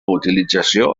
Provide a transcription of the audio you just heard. utilització